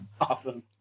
Awesome